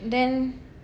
then